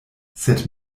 sed